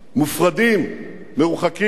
מופרדים, מרוחקים.